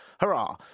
Hurrah